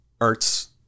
arts